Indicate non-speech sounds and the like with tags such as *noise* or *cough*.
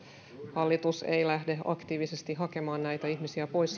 hallitus ei lähde aktiivisesti hakemaan näitä ihmisiä pois *unintelligible*